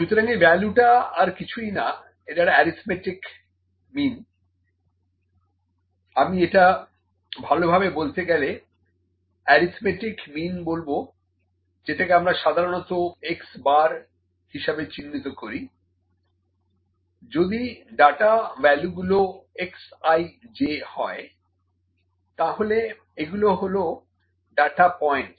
সুতরাং এই ভ্যালুটা আর কিছুই না এটা একটা এরিথমেটিক মিন আমি এটা ভালোভাবে বলতে গেলে এরিথমেটিক মিন বলবো যেটাকে আমরা সাধারণতঃ x'বার হিসেবে চিহ্নিত করি যদি ডাটা ভ্যালুগুলো xij হয় তাহলে এগুলো হলো ডাটা পয়েন্টস